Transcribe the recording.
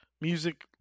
music